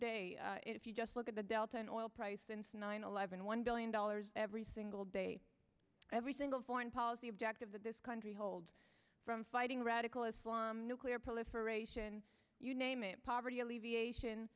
day if you just look at the delton oil price since nine eleven one billion dollars every single day every single foreign policy objective that this country holds from fighting radical islam nuclear proliferation you name it poverty allev